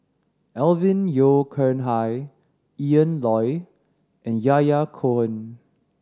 Alvin Yeo Khirn Hai Ian Loy and Yahya Cohen